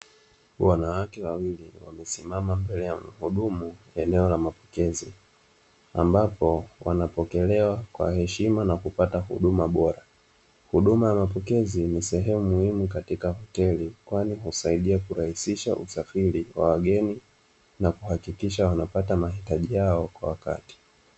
Wanawake wawili, wamesimama mbele ya mhudumu wa eneo la mapokezi, ambapo wanapokelewa kwa heshima na kupata huduma bora. Huduma ya mapokezi ni sehemu muhimu katika hoteli, kwani husaidia kurahisisha usafiri wa wageni na kuhakikisha wanapata mahitaji yao kwa wakati.